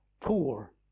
Poor